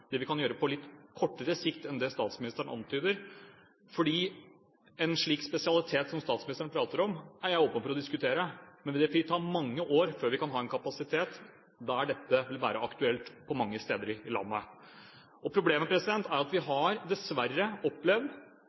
det vi kan gjøre på litt kortere sikt enn det statsministeren antyder. En slik spesialitet som statsministeren prater om, er jeg åpen for å diskutere. Men det vil ta mange år før vi kan ha en kapasitet der dette vil være aktuelt på mange steder i landet. Problemet er at vi dessverre har opplevd